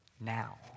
now